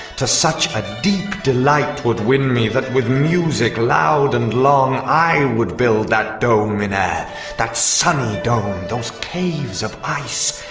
to such a deep delight twould win me that with music loud and long i would build that dome in air ah that sunny dome! those caves of ice!